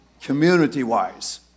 community-wise